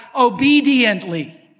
obediently